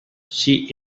she